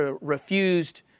refused